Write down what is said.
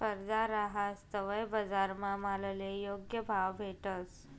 स्पर्धा रहास तवय बजारमा मालले योग्य भाव भेटस